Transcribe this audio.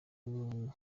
umuntu